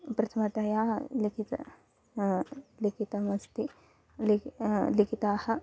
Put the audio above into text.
प्रथमतया लिखिताः लिखिताः अस्ति लिक् लिखिताः